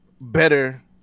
better